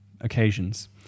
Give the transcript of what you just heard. occasions